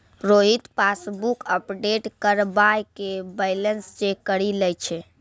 Rohit passbook update करबाय के balance check करि लै छै